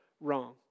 wrong